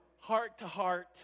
heart-to-heart